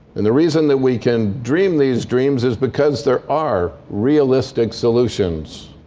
and the reason that we can dream these dreams is because there are realistic solutions.